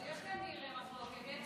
אבל יש כנראה מחלוקת.